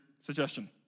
suggestion